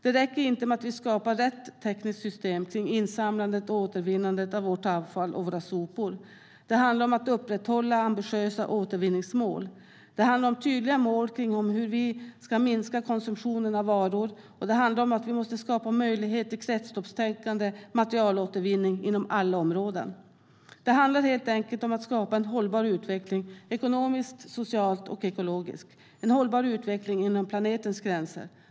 Det räcker inte med att vi skapar rätt tekniskt system för insamlandet och återvinnandet av vårt avfall och våra sopor. Det handlar om att upprätthålla ambitiösa återvinningsmål. Det handlar om tydliga mål för hur vi ska minska konsumtionen av varor. Det handlar om att vi måste skapa möjlighet till kretsloppstänkande och materialåtervinning inom alla områden. Det handlar helt enkelt om att skapa en hållbar utveckling inom planetens gränser - ekonomiskt, socialt och ekologiskt.